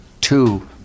two